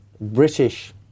British